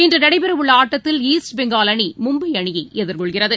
இன்றுநடைபெறவுள்ளஆட்டத்தில் East Bengal அணிமும்பைஅணியைஎதிர்கொள்கிறது